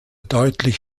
deutlich